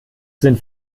sind